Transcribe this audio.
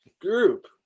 group